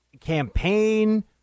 campaign